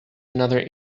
another